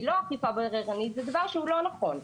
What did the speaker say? לא אכיפה בררנית זה דבר שהוא לא נכון,